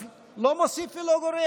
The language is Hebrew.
אז לא מוסיף ולא גורע.